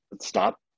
Stop